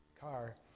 car